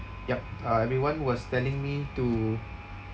yup uh everyone was telling me to